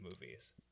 movies